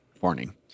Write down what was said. warning